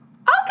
okay